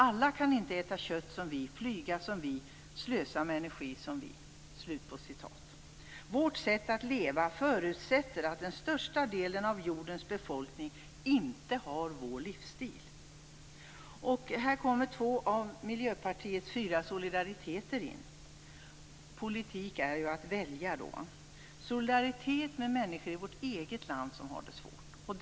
Alla kan inte äta kött som vi, flyga som vi, slösa med energi som vi. Vårt sätt att leva förutsätter att den största delen av jordens befolkning inte har vår livsstil. Här kommer två av miljöpartiets fyra solidariteter in. Politik är ju att välja. Solidaritet med människor i vårt eget land, som har det svårt.